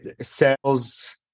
sales